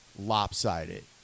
lopsided